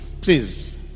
Please